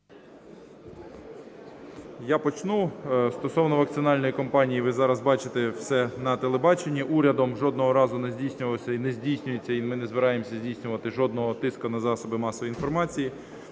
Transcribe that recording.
Я почну. Стосовно вакцинальної кампанії ви зараз бачите все на телебаченні. Урядом жодного разу не здійснювався і не здійснюється, і ми не збираємося здійснювати жодного тиску на засоби масової інформації.